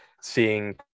seeing